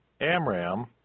Amram